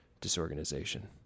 disorganization